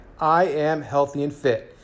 IamHealthyAndFit